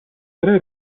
tre